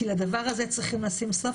כי לדבר הזה צריך לשים סוף,